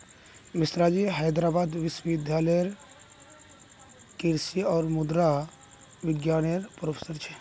मिश्राजी हैदराबाद विश्वविद्यालय लेरे कृषि और मुद्रा विज्ञान नेर प्रोफ़ेसर छे